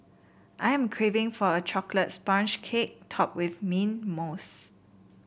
I am craving for a chocolate sponge cake topped with mint mousse